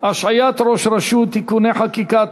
(השעיית ראש רשות) (תיקוני חקיקה),